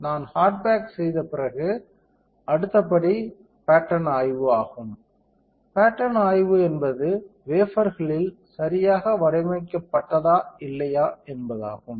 நான் hard bake செய்த பிறகு அடுத்த படி பட்டர்ன் ஆய்வு ஆகும் பட்டர்ன் ஆய்வு என்பது வேபர்களில் சரியாக வடிவமைக்கப்பட்டதா இல்லையா என்பதாகும்